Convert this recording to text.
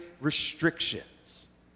restrictions